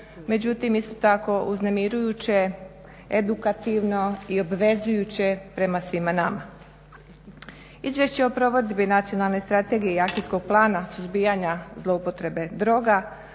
međutim isto tako uznemirujuće, edukativno i obvezujuće prema svima nama. Izvješće o provedbi nacionalne strategije i akcijskog plana suzbijanja zloupotrebe droga